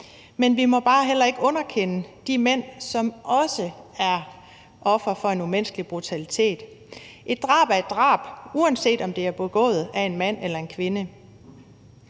men vi må bare heller ikke underkende, at der også er mænd, som er ofre for en umenneskelig brutalitet. Et drab er et drab, uanset om det er begået af en mand eller en kvinde.